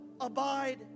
abide